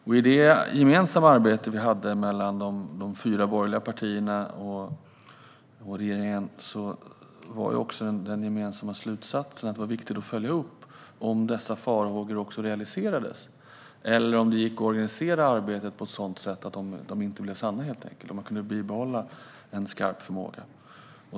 I det gemensamma arbete vi hade mellan de fyra borgerliga partierna och regeringen var också den gemensamma slutsatsen att det är viktigt att följa upp om dessa farhågor skulle realiseras eller om det skulle gå att organisera arbetet på ett sådant sätt att de helt enkelt inte blev sanna och att man i stället kunde bibehålla en skarp förmåga.